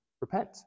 repent